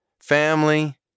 family